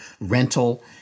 rental